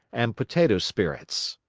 and potato spirits.